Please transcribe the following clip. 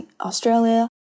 Australia